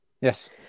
yes